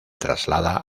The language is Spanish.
traslada